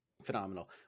Phenomenal